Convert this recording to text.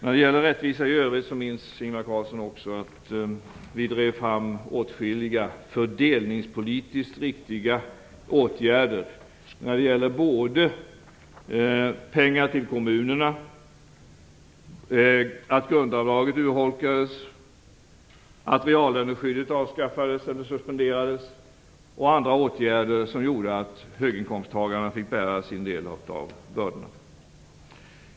Beträffande rättvisa i övrigt minns Ingvar Carlsson också att vi drev fram åtskilliga fördelningspolitiskt riktiga åtgärder när det gällde pengar till kommunerna, att grundavdraget urholkades, att reallöneskyddet avskaffades eller suspenderades och andra åtgärder som gjorde att höginkomsttagarna fick bära sin del av bördorna.